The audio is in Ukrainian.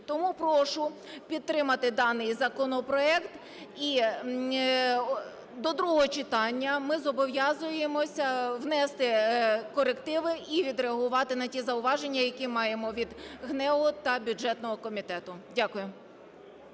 Тому прошу підтримати даний законопроект. І до другого читання ми зобов'язуємося внести корективи і відреагувати на ті зауваження, які маємо від ГНЕУ та бюджетного комітету. Дякую.